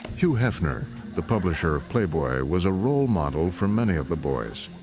hugh hefner, the publisher of playboy, was a role model for many of the boys.